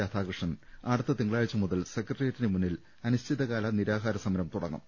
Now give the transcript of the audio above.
രാധാകൃഷ്ണൻ അടുത്ത തിങ്കളാഴ്ച മുതൽ സെക്രട്ടേറിയറ്റി നുമുന്നിൽ അനിശ്ചിതകാല നിരാഹാര സമരം തുടങ്ങും